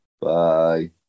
Bye